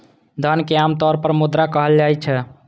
धन कें आम तौर पर मुद्रा कहल जाइ छै